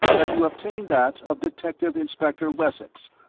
that you obtain that of detective inspector wessex,